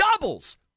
Doubles